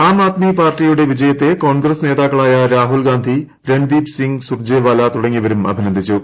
ആം ആദ്മി പാർട്ടിയുടെ വിജയത്തെ കോൺഗ്രസ് നേതാക്കളായ രാഹുൽ ഗാന്ധി രൺദീപ് സിംഗ് സുർജേവാല തുടങ്ങിയവരും അഭിനന്ദിച്ചു